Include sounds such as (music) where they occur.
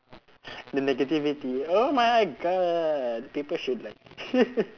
the negativity oh my god people should like (laughs)